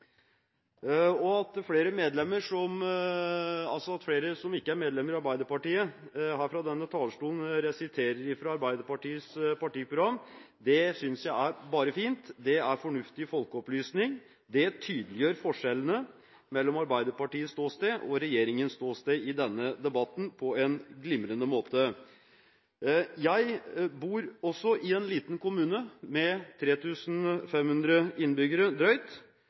At flere som ikke er medlemmer av Arbeiderpartiet, fra denne talerstolen siterer fra Arbeiderpartiets partiprogram, synes jeg er bare fint. Det er fornuftig folkeopplysning. Det tydeliggjør på en glimrende måte forskjellene mellom Arbeiderpartiets ståsted og regjeringens ståsted i denne debatten. Også jeg bor i en liten kommune, med drøyt 3 500 innbyggere.